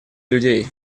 людей